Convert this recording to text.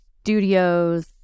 studios